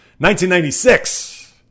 1996